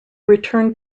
returned